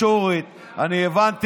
שנייה.